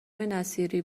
نصیری